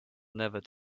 never